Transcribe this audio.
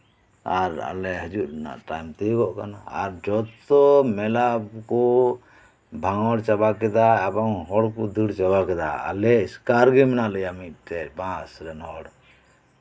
ᱟᱨ ᱟᱞᱮ ᱦᱤᱡᱩᱜ ᱨᱮᱱᱟᱜ ᱴᱟᱭᱤᱢ ᱛᱤᱭᱳᱜᱚᱜ ᱠᱟᱱᱟ ᱟᱨ ᱡᱚᱛᱚ ᱢᱮᱞᱟ ᱠᱚ ᱵᱷᱟᱸᱜᱚᱲ ᱪᱟᱵᱟ ᱠᱮᱫᱟ ᱮᱵᱚᱝ ᱦᱚᱲ ᱠᱚ ᱫᱟᱹᱲ ᱪᱟᱵᱟ ᱠᱮᱫᱟ ᱮᱵᱚᱝ ᱟᱞᱮ ᱮᱥᱠᱟᱨ ᱜᱮ ᱢᱮᱱᱟᱜ ᱞᱮᱭᱟ ᱵᱟᱥᱨᱮᱱ ᱦᱚᱲ